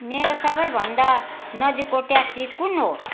मेरो सबैभन्दा नजिकको ट्याक्सी कुन हो